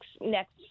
next